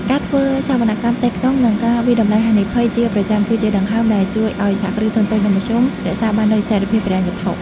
ការធ្វើសវនកម្មផ្ទៃក្នុង និងការវាយតម្លៃហានិភ័យជាប្រចាំ គឺជាដង្ហើមដែលជួយឱ្យ សហគ្រាសធុនតូច និងមធ្យម រក្សាបាននូវស្ថិរភាពហិរញ្ញវត្ថុ។